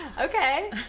Okay